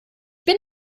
bin